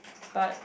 but